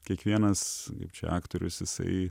kiekvienas čia aktorius jisai